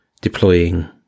deploying